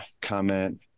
comment